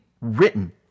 written